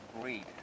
greed